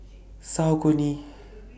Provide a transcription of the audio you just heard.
Saucony